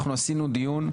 אנחנו עשינו דיון.